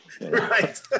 Right